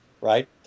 right